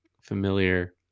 familiar